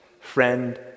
friend